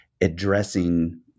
addressing